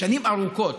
שנים ארוכות.